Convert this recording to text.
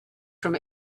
from